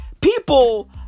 people